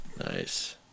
Nice